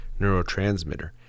neurotransmitter